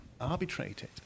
arbitrated